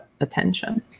attention